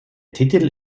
titel